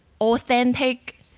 authentic